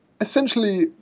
essentially